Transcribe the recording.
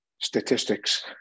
statistics